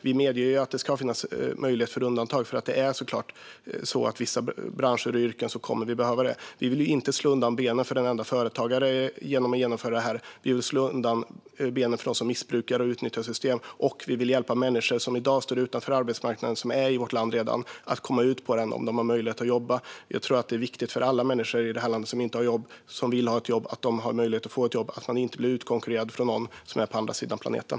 Vi medger att det ska finnas möjlighet för undantag, för i vissa branscher och yrken kommer vi att behöva det. Vi vill inte slå undan benen på en enda företagare genom att genomföra detta. Vi vill slå undan benen på dem som missbrukar och utnyttjar systemet, och vi vill hjälpa människor som i dag står utanför arbetsmarknaden och som redan är i vårt land att komma ut på arbetsmarknaden om de har möjlighet att jobba. Jag tror att det är viktigt för alla människor i det här landet som inte har ett jobb och som vill ha ett jobb att de har möjlighet att få ett jobb och att de inte blir utkonkurrerade av någon som är på andra sidan planeten.